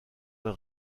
dans